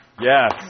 Yes